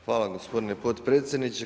Hvala gospodine potpredsjedniče.